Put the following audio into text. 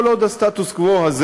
כל עוד הסטטוס-קוו הזה